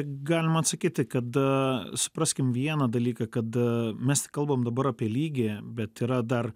galima atsakyti kad supraskim vieną dalyką kad mes tik kalbam dabar apie lygį bet yra dar